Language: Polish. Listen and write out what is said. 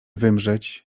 wymrzeć